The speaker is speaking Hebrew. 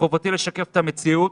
מחובתי לשקף את המציאות.